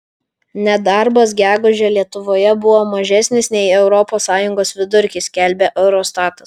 nedarbas gegužę lietuvoje buvo mažesnis nei europos sąjungos vidurkis skelbia eurostatas